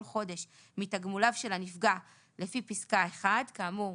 חודש מתגמוליו של הנפגע לפי פסקה (1); כאמור